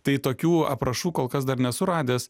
tai tokių aprašų kol kas dar nesu radęs